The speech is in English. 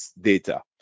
data